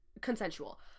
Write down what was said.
consensual